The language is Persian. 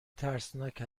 ترسناک